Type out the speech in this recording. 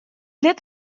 lit